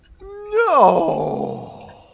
No